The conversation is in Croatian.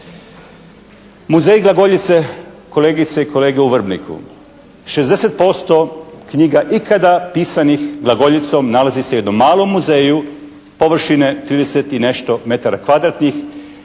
Muzej glagoljice kolegice i kolege u Vrbniku. 60% knjiga ikada pisanih glagoljicom nalazi se u jednom malom muzeju površine 30 i nešto metara kvadratnih.